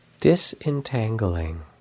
Disentangling